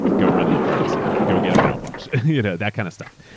go run to the pharmacy. go get a mouthwash. a you know that kind of stuff.